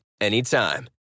anytime